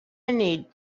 need